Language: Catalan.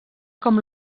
com